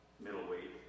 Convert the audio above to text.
middleweight